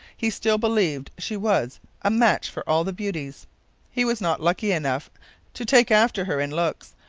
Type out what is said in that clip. he still believed she was a match for all the beauties he was not lucky enough to take after her in looks,